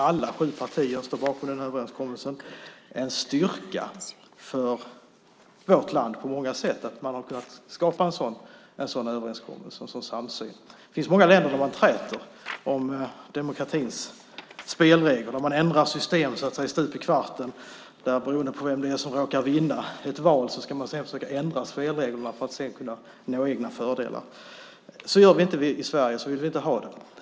Alla sju partier stod bakom överenskommelsen. Det är på många sätt en styrka för vårt land att vi har kunnat skapa en sådan överenskommelse och samsyn. Det finns många länder där man träter om demokratins spelregler och ändrar system stup i kvarten beroende på vem som råkar vinna ett val. Man försöker ändra spelreglerna för att kunna nå egna fördelar. Så gör vi inte i Sverige. Så vill vi inte ha det.